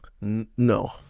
No